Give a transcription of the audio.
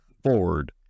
forward